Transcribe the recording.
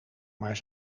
maar